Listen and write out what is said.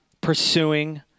pursuing